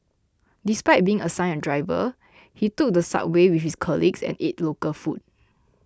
despite being assigned a driver he took the subway with his colleagues and ate local food